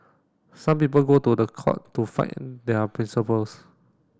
some people go to the court to fight their principles